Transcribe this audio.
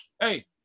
hey